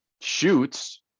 shoots